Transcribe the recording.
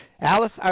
Alice